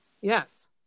Yes